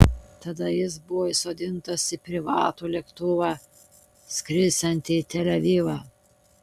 tada jis buvo įsodintas į privatų lėktuvą skrisiantį į tel avivą